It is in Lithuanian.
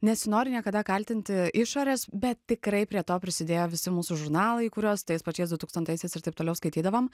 nesinori niekada kaltinti išorės bet tikrai prie to prisidėjo visi mūsų žurnalai kuriuos tais pačiais du tūkstantaisiais ir taip toliau skaitydavom